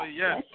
yes